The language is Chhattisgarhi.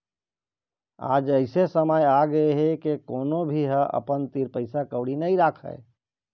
आज अइसे समे आगे हे के कोनो भी ह अपन तीर पइसा कउड़ी नइ राखय